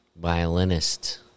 violinist